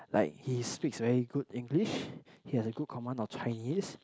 like he speaks very good English he has a good command of Chinese